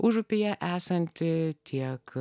užupyje esanti tiek